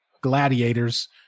gladiators